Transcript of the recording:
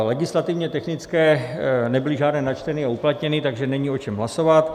Legislativně technické nebyly žádné načteny a uplatněny, takže není o čem hlasovat.